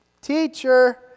Teacher